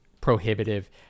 prohibitive